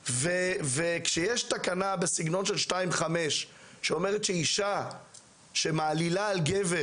כשיש תקנה בסגנון של 2.5 שאומרת שאישה שמעלילה על גבר